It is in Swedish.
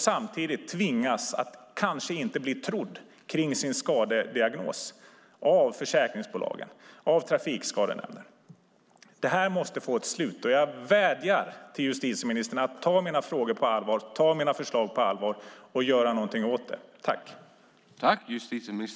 Samtidigt tvingas den att kanske inte bli trodd om sin skadediagnos av försäkringsbolag och Trafikskadenämnden. Det måste få ett slut. Jag vädjar till justitieministern att ta mina frågor och förslag på allvar och göra någonting åt det.